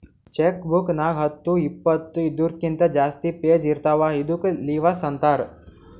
check book ನಾಗ್ ಹತ್ತು ಇಪ್ಪತ್ತು ಇದೂರ್ಕಿಂತ ಜಾಸ್ತಿ ಪೇಜ್ ಇರ್ತಾವ ಇದ್ದುಕ್ ಲಿವಸ್ ಅಂತಾರ್